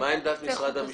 מה עמדת משרד המשפטים?